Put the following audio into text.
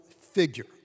figure